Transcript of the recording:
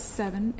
seven